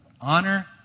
Honor